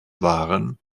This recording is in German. waren